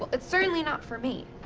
it's certainly not for me.